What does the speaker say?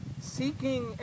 seeking